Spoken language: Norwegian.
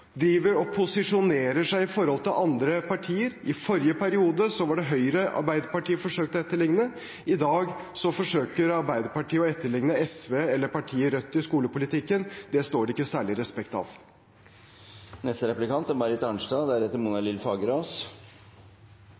driver og posisjonerer seg i forhold til andre partier. I forrige periode var det Høyre Arbeiderpartiet forsøkte å etterligne. I dag forsøker Arbeiderpartiet å etterligne SV eller partiet Rødt i skolepolitikken. Det står det ikke særlig respekt av. Det største problemet i norsk skole i dag er